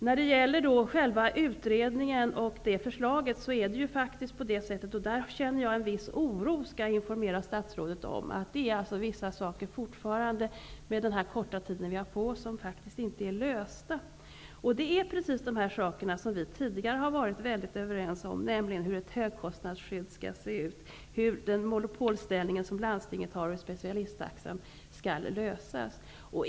När det gäller själva utredningen och dess förslag vill jag informera statsrådet om att jag känner en viss oro över att det med den korta tid som vi har på oss fortfarande finns frågor som inte är lösta. Det handlar om de frågor som vi tidigare har varit överens om, nämligen hur ett högkostnadsskydd skall utformas och hur frågorna om landstingets monopolställning samt specialisttaxan skall lösas.